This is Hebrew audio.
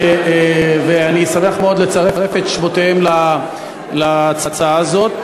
ואני שמח מאוד לצרף את שמותיהם להצעה הזאת.